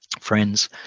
Friends